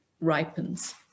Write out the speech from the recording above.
ripens